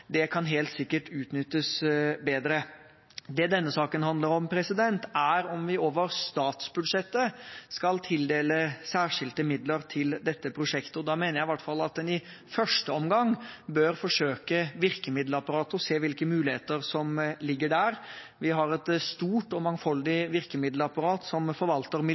Det kan helt sikkert utnyttes bedre. Det denne saken handler om, er om vi over statsbudsjettet skal tildele særskilte midler til dette prosjektet. Da mener jeg at en i hvert fall i første omgang bør forsøke virkemiddelapparatet og se hvilke muligheter som ligger der. Vi har et stort og mangfoldig virkemiddelapparat som forvalter